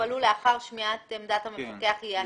יופעלו לאחר שמיעת עמדת המפקח יהא אשר יהא.